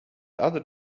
other